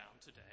today